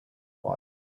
fire